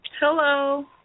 Hello